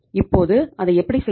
இப்போது அதை எப்படி செய்வது